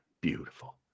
Beautiful